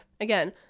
again